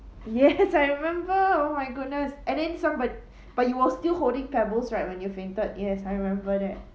yes I remember oh my goodness and then some but but you were still holding pebbles right when you fainted yes I remember that